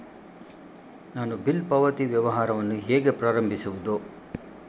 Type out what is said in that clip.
ನಾನು ಬಿಲ್ ಪಾವತಿ ವ್ಯವಹಾರವನ್ನು ಹೇಗೆ ಪ್ರಾರಂಭಿಸುವುದು?